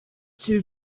too